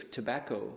tobacco